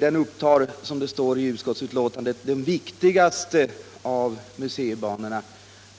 Den upptar, som det heter, de ”viktigaste” av museibanorna, men